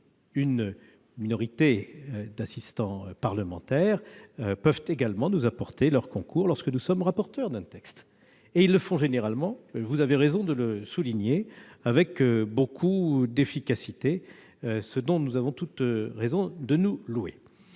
Une minorité d'assistants parlementaires peuvent également nous apporter leur concours lorsque nous sommes rapporteurs d'un texte et ils le font généralement- vous avez raison de le souligner, monsieur Karoutchi -avec beaucoup d'efficacité, ce que nous avons toutes raisons de louer.